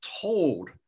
told